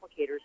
applicators